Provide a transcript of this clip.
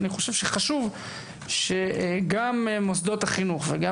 אני חושב שזה חשוב שגם מוסדות החינוך וגם